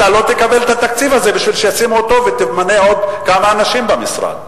אתה לא תקבל את התקציב הזה כדי שתמנה עוד כמה אנשים במשרד.